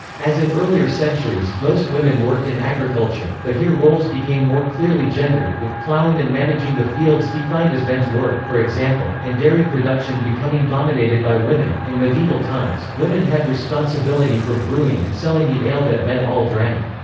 as in earlier centuries, most women worked in agriculture, but here roles became more clearly gendered, with ploughing and managing the fields defined as men's work, for example, and dairy production becoming dominated by women in medieval times, women had responsibility for brewing and selling the ale that men all drank.